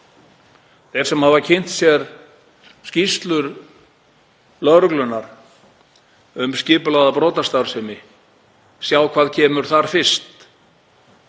Þeir sem hafa kynnt sér skýrslur lögreglunnar um skipulagða brotastarfsemi sjá hvað kemur þar fyrst